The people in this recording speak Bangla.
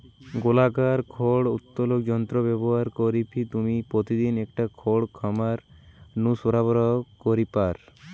গোলাকার খড় উত্তোলক যন্ত্র ব্যবহার করিকি তুমি প্রতিদিন কতটা খড় খামার নু সরবরাহ করি পার?